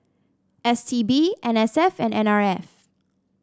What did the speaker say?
S T B N S F and N R F